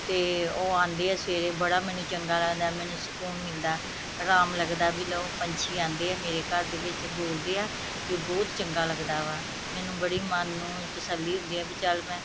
ਅਤੇ ਉਹ ਆਉਂਦੇ ਹੈ ਸਵੇਰੇ ਬੜਾ ਮੈਨੂੰ ਚੰਗਾ ਲੱਗਦਾ ਮੈਨੂੰ ਸਕੂਨ ਮਿਲਦਾ ਅਰਾਮ ਲੱਗਦਾ ਵੀ ਲਓ ਪੰਛੀ ਆਉਂਦੇ ਹੈ ਮੇਰੇ ਘਰ ਦੇ ਵਿੱਚ ਬੋਲਦੇ ਹੈ ਅਤੇ ਉਹ ਬਹੁਤ ਚੰਗਾ ਲੱਗਦਾ ਵਾ ਮੈਨੂੰ ਬੜੀ ਮਨ ਨੂੰ ਤਸੱਲੀ ਹੁੰਦੀ ਹੈ ਵੀ ਚਲ ਮੈਂ